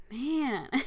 Man